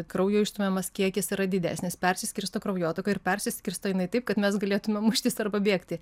kraujo išstumiamas kiekis yra didesnis persiskirsto kraujotaka ir persiskirsto jinai taip kad mes galėtume muštis arba bėgti